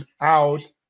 out